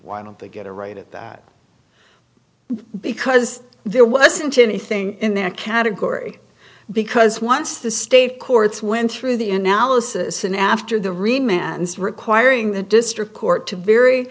why don't they get a right at that because there wasn't anything in that category because once the state courts went through the analysis and after the rain man it's requiring the district court to very